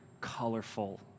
colorful